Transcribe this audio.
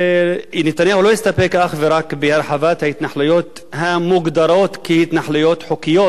נתניהו לא הסתפק אך ורק בהרחבת ההתנחלויות המוגדרות כהתנחלויות חוקיות,